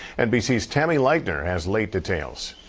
nbc's tammy leitner has late details.